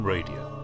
Radio